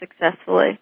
successfully